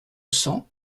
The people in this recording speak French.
cents